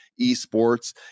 esports